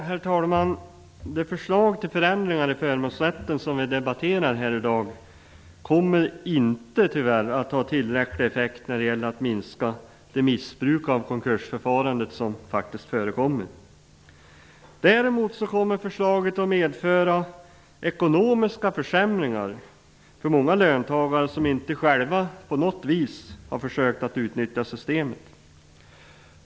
Herr talman! Det förslag till förändringar i förmånsrätten som vi debatterar här i dag kommer tyvärr inte att ha tillräcklig effekt när det gäller att minska det missbruk av konkursförfarandet som faktiskt förekommer. Däremot kommer förslaget att medföra ekonomiska försämringar för många löntagare som inte själva på något vis har försökt att utnyttja systemet.